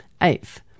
Eighth